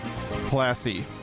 Classy